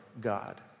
God